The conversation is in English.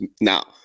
Now